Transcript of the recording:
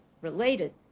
related